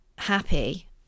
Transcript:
happy